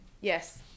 Yes